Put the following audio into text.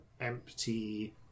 empty